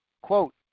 Quote